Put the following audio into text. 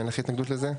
אין לך התנגדות לזה?